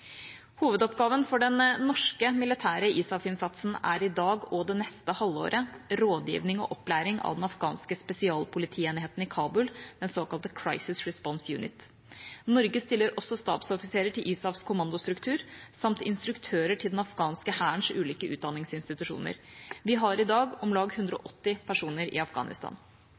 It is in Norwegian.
Hovedoppgaven for den norske militære ISAF-innsatsen er i dag og det neste halvåret rådgivning og opplæring av den afghanske spesialpolitienheten i Kabul, den såkalte Crisis Response Unit. Norge stiller også stabsoffiserer til ISAFs kommandostruktur samt instruktører til den afghanske hærens ulike utdanningsinstitusjoner. Vi har i dag om lag 180 personer i Afghanistan.